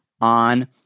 on